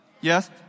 Yes